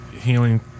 healing